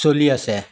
চলি আছে